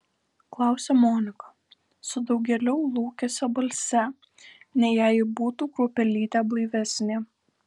klausia monika su daugėliau lūkesio balse nei jei ji būtų kruopelytę blaivesnė